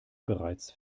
bereits